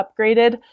upgraded